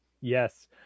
Yes